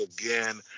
again